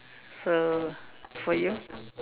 so for you